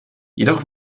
jedoch